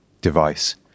device